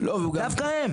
דווקא הם.